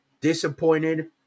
disappointed